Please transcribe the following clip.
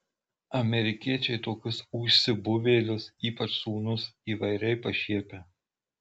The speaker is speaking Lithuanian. amerikiečiai tokius užsibuvėlius ypač sūnus įvairiai pašiepia